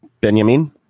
benjamin